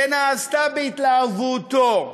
שנעשתה בהתלהבותו.